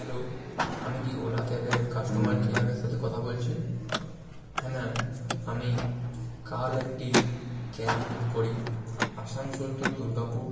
hello আমি কি ওলা ক্যাবের কাস্টোমার কেয়ারের সাথে কথা বলছি হ্যাঁ ম্যাম আমি কাল একটি ক্যাব বুক করি আসানসোল টু দুর্গাপুর